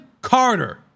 Carter